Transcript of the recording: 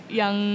yang